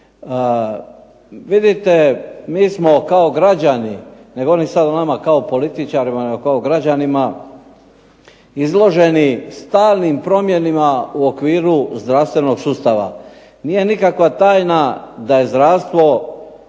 Vidite mi smo kao građani, ne govorim sad o nama kao političarima, nego kao građanima izloženi stalnim promjenama u okviru zdravstvenog sustava. Nije nikakva tajna da je zdravstvo